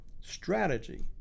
strategy